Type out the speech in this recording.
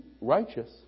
righteous